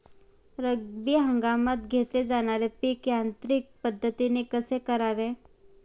रब्बी हंगामात घेतले जाणारे पीक यांत्रिक पद्धतीने कसे करावे?